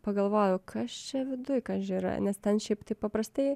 pagalvoja o kas čia viduj kaži yra nes ten šiaip taip paprastai